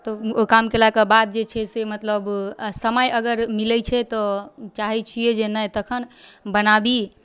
तऽ ओ काम केलाके बाद जे छै से मतलब समय अगर मिलै छै तऽ चाहै छियै जे नहि तखन बनाबी